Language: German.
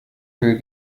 will